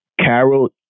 Carol